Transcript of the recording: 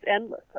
endless